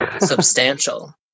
substantial